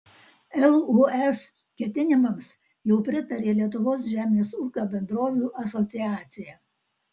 lūs ketinimams jau pritarė lietuvos žemės ūkio bendrovių asociacija